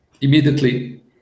immediately